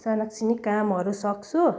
सानाकसिनिक कामहरू सक्छु